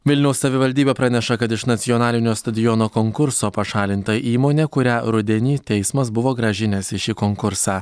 vilniaus savivaldybė praneša kad iš nacionalinio stadiono konkurso pašalinta įmonė kurią rudenį teismas buvo grąžinęs į šį konkursą